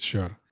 Sure